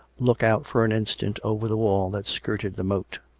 look out for an instant over the wall that skirted the moat.